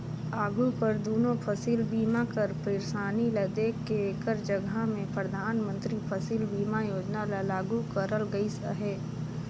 आघु कर दुनो फसिल बीमा कर पइरसानी ल देख के एकर जगहा में परधानमंतरी फसिल बीमा योजना ल लागू करल गइस अहे